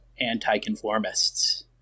anti-conformists